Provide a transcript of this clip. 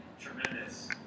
tremendous